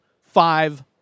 five